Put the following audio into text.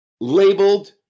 labeled